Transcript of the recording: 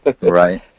Right